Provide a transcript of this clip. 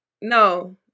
no